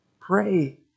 Pray